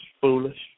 foolish